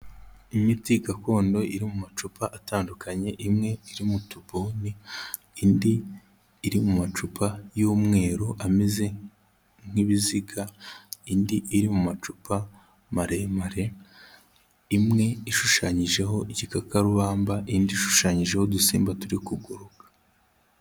Imiti gakondo iri mu macupa atandukanye, imwe iri mu tubuni, indi iri mu macupa y'umweru ameze nk'ibiziga, indi iri mu macupa maremare, imwe ishushanyijeho igikakarubamba, indi ishushanyijeho udusimba turi kuguruka.